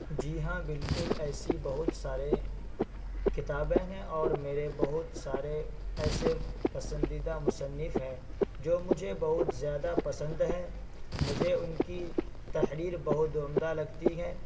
جی ہاں بالکل ایسی بہت سارے کتابیں ہیں اور میرے بہت سارے ایسے پسندیدہ مصنف ہیں جو مجھے بہت زیادہ پسند ہیں مجھے ان کی تحریر بہت عمدہ لگتی ہے